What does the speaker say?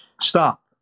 Stop